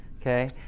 Okay